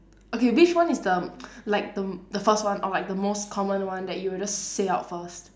okay which one is the like the the first one or like the most common one that you will just say out first